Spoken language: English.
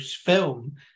film